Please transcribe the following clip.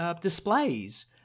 displays